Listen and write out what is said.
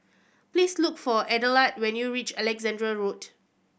please look for Adelard when you reach Alexandra Road